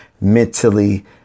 mentally